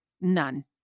None